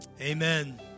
Amen